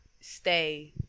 stay